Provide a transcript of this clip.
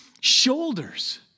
shoulders